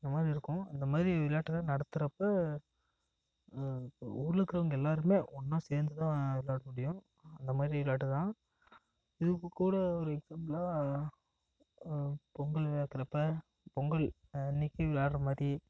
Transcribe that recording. அதை மாதிரி இருக்கும் அந்த மாதிரி விளையாட்டெல்லாம் நடத்துறப்போ ஊரில் இருக்குறவங்க எல்லாருமே ஒன்னாக சேர்ந்து தான் விளாட முடியும் அந்த மாதிரி விளாட்டு தான் இதுக்கு கூட ஒரு எக்ஸாம்பிளாக பொங்கல் விழா இருக்குறப்போ பொங்கல் அன்னைக்கு விளாட்ற மாதிரி